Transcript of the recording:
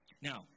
Now